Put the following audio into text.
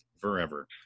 forever